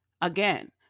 Again